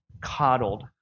coddled